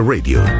Radio